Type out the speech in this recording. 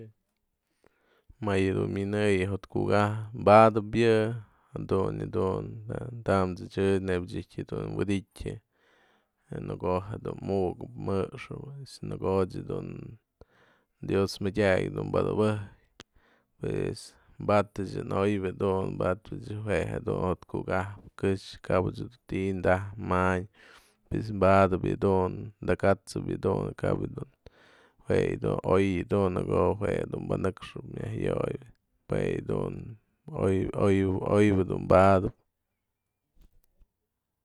Më yë dun mynëyën jo'ot kuka'atë badëpëp yë, jadun yë dun, tamëts ech nebya ech i''jtyë jedun wi'idityä në ko'o jedun mukëp mjëxëp pues në ko'o dun dios madyak dun padupëjk pues batach dun oybä dun, batach jue jedun jo'ot kuka'atë këxë kapch dun ti'i dajë manyë pues badëpëp yë dun, takat'sap yë dun cap yë dun, jue yë dun oybä dun badëp.